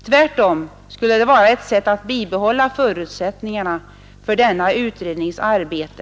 Tvärtom skulle sådana åtgärder vara ett sätt att bibehålla förutsättningarna för denna utrednings arbete.